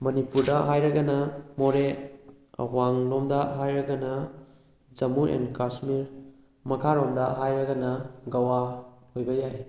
ꯃꯅꯤꯄꯨꯔꯗ ꯍꯥꯏꯔꯒꯅ ꯃꯣꯔꯦ ꯑꯋꯥꯡꯂꯣꯝꯗ ꯍꯥꯏꯔꯒꯅ ꯖꯃꯨ ꯑꯦꯟ ꯀꯥꯁꯃꯤꯔ ꯃꯈꯥꯔꯣꯝꯗ ꯍꯥꯏꯔꯒꯅ ꯒꯋꯥ ꯑꯣꯏꯕ ꯌꯥꯏ